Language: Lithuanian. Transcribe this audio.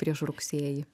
prieš rugsėjį